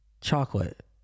chocolate